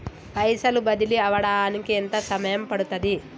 పైసలు బదిలీ అవడానికి ఎంత సమయం పడుతది?